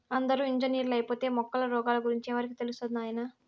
అందరూ ఇంజనీర్లైపోతే మొక్కల రోగాల గురించి ఎవరికి తెలుస్తది నాయనా